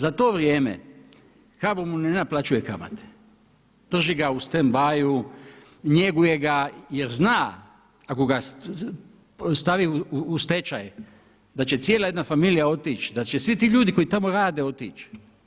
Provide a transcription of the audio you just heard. Za to vrijeme HBOR mu ne naplaćuje kamate, drži ga u stand byu, njeguje ga je zna ako ga stavi u stečaj da će cijela jedna familija otići, da će svi ti ljudi koji tamo rade otići.